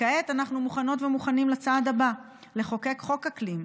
כעת אנחנו מוכנות ומוכנים לצעד הבא: לחוקק חוק אקלים,